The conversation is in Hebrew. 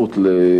המניין